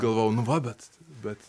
galvojau nu va bet bet